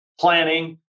planning